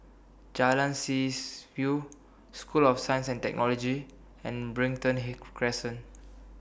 Jalan Seas View School of Science and Technology and Brighton He Crescent